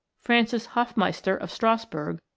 francis hofmeister, of strassburg,